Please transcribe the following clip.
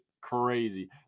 crazy